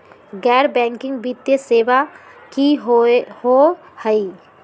गैर बैकिंग वित्तीय सेवा की होअ हई?